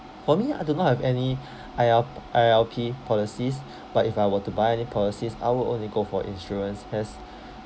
for me I do not have any I_L I_L_P policies but if I were to buy any policies I will only go for insurance cause